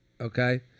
Okay